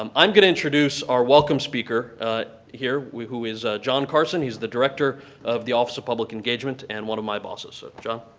um i'm going to introduce our welcome speaker here, who is jon carson. he's the director of the office of public engagement, and one of my bosses. so jon.